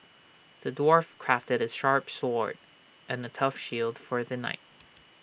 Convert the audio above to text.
the dwarf crafted A sharp sword and A tough shield for the knight